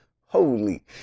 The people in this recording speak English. holy